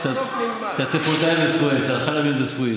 אצל הטריפוליטאים זה סוֵיד, אצל החלבים זה סוִיד.